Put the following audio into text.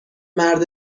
مرد